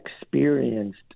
experienced